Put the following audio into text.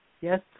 yes